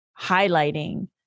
highlighting